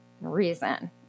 reason